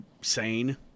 sane